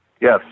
Yes